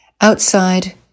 Outside